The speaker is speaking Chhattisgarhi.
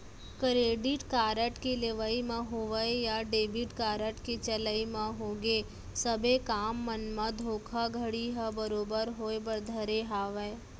करेडिट कारड के लेवई म होवय या डेबिट कारड के चलई म होगे सबे काम मन म धोखाघड़ी ह बरोबर होय बर धरे हावय